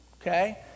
Okay